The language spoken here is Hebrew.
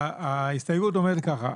ההסתייגות אומרת ככה,